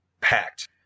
packed